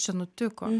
čia nutiko